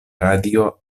radio